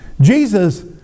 Jesus